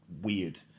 weird